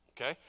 Okay